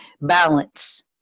Balance